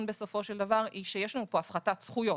בסופו של דבר היא שיש לנו פה הפחתת זכויות.